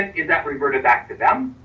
is that reverted back to them?